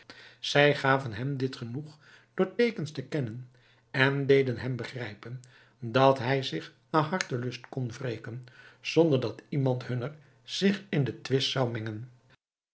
zij gaven hem dit genoeg door teekens te kennen en deden hem begrijpen dat hij zich naar hartelust kon wreken zonder dat iemand hunner zich in den